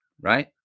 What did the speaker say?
right